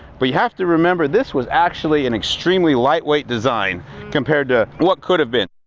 but you have to remember, this was actually an extremely lightweight design compared to what could have been.